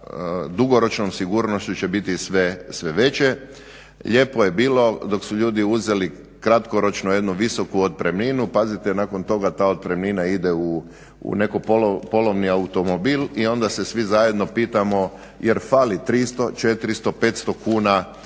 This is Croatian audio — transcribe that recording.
dugoročnom sigurnošću će biti sve veće. Lijepo je bilo dok su ljudi uzeli kratkoročno jednu visoku otpremninu. Pazite nakon toga ta otpremnina ide u neki polovni automobil i onda se svi zajedno pitamo, jer fali 300, 400, 500 kuna